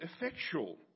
effectual